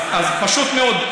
פשוט מאוד,